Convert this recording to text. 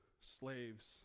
slaves